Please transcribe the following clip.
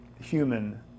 human